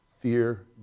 Fear